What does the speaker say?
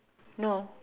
no